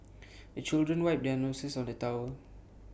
the children wipe their noses on the towel